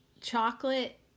chocolate